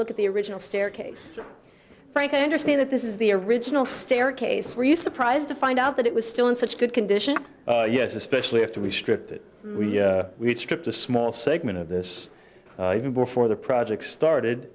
look at the original staircase frank i understand that this is the original staircase were you surprised to find out that it was still in such good condition yes especially after we stripped it we stripped a small segment of this even before the project started